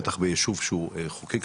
בטח בישוב שהוא חוקי,